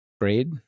grade